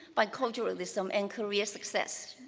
biculturalism, and career success.